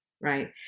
right